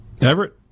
Everett